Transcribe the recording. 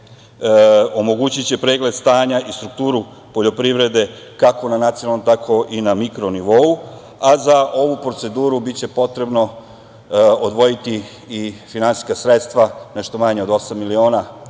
omogućiće pregled stanja i strukturu poljoprivrede kako na nacionalnom, tako i na mikro nivou, a za ovu proceduru biće potrebno odvojiti i finansijska sredstva, nešto manje od osam miliona evra